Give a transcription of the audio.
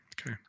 Okay